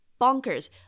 bonkers